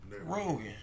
Rogan